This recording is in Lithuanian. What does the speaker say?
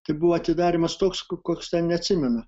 tai buvo atidarymas toks koks neatsimena